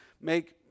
make